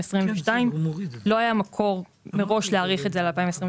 2022 לא היה מקור מראש להאריך את זה ל-2023.